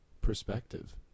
perspective